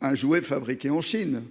hein jouets fabriqués en Chine,